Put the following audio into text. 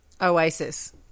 Oasis